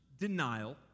denial